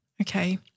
okay